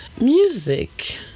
Music